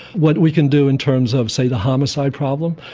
what we can do in terms of, say, the homicide problem,